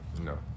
no